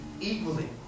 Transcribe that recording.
equally